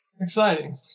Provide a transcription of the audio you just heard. exciting